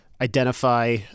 identify